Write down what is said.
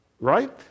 Right